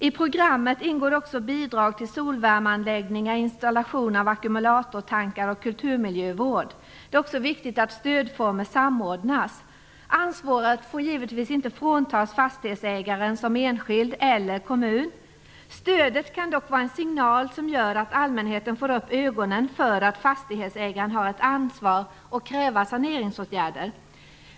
I programmet ingår också bidrag till solvärmeanläggningar, installation av ackumulatortankar och kulturmiljövård. Det är också viktigt att stödformer samordnas. Ansvaret får givetvis inte fråntas fastighetsägaren som enskild eller kommun. Stödet kan dock vara en signal som gör att allmänheten får upp ögonen för att fastighetsägaren har ett ansvar när det gäller saneringsåtgärder.